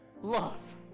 love